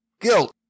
guilt